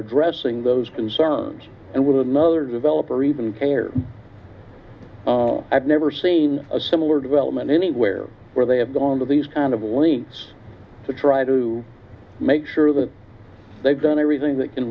addressing those concerns and with another developer even care i've never seen a similar development anywhere where they have gone to these kind of lengths to try to make sure that they've done everything that can